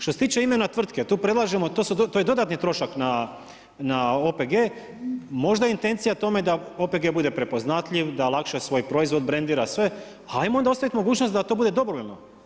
Što se tiče imena tvrtke, tu predlažemo, to je dodatni trošak na OPG, možda intencija tome, da OPG bude prepoznatljiv, da lakše svoj proizvod brendira, sve, ajmo onda ostaviti mogućnost, da to bude dobrovoljno.